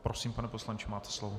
Prosím, pane poslanče, máte slovo.